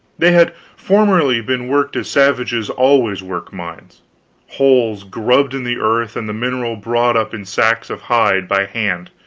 they had formerly been worked as savages always work mines holes grubbed in the earth and the mineral brought up in sacks of hide by hand,